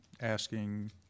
asking